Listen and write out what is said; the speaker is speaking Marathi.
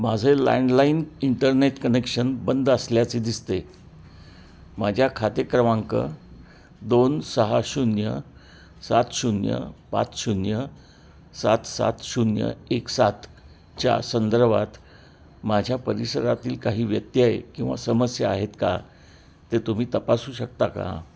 माझे लँडलाईन इंटरनेट कनेक्शन बंद असल्याचे दिसते माझ्या खाते क्रमांक दोन सहा शून्य सात शून्य पाच शून्य सात सात शून्य एक सातच्या संदर्भात माझ्या परिसरातील काही व्यत्यय किंवा समस्या आहेत का ते तुम्ही तपासू शकता का